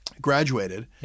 graduated